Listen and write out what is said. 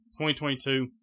2022